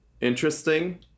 interesting